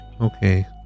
Okay